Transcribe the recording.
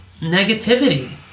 negativity